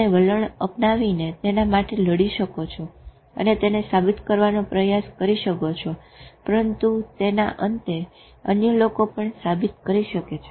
તમે વલણ અપનાવી ને તેના માટે લડી શકો છો અને તેને સાબિત કરવાનો પ્રયાસ કરી શકો છો પરંતુ તેના અંતે અન્ય લોકો પણ સાબિત કરી શકે છે